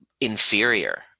inferior